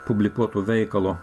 publikuoto veikalo